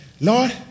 Lord